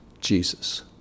Jesus